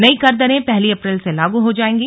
नई कर दरें पहली अप्रैल से लागू हो जाएंगी